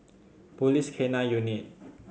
Police K Nine Unit